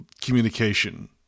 communication